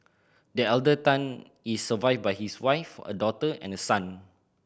the elder Tan is survived by his wife a daughter and a son